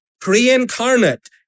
pre-incarnate